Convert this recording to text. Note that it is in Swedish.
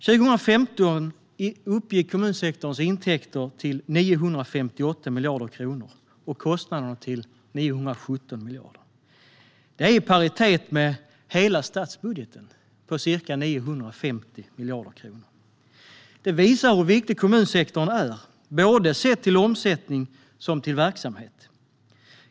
Kommunsektorns intäkter uppgick 2015 till 958 miljarder kronor och kostnaderna till 917 miljarder. Det är i paritet med hela statsbudgeten på ca 950 miljarder kronor. Det visar hur viktig kommunsektorn är, sett till både omsättning och verksamhet.